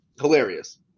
hilarious